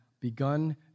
begun